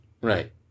right